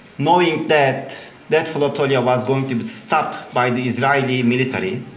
knowing that that flotilla ah was going to be stopped by the israeli military.